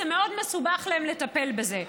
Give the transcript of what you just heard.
זה מאוד מסובך להם לטפל בזה.